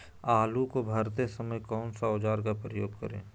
आलू को भरते समय कौन सा औजार का प्रयोग करें?